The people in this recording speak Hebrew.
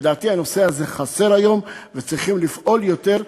לדעתי בנושא הזה חסר היום וצריכים לפעול יותר,